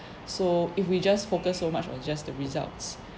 so if we just focus so much on just the results